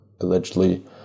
allegedly